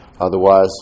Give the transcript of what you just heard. otherwise